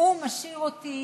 שמשאיר אותי